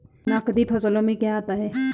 नकदी फसलों में क्या आता है?